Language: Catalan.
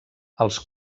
els